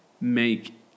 make